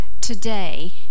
today